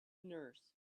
nurse